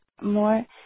more